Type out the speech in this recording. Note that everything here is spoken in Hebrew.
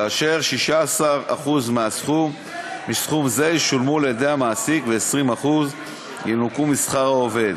כאשר 16% מסכום זה ישולמו על-ידי המעסיק ו-20% ינוכו משכר העובד.